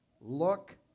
look